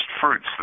fruits